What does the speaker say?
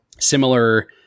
Similar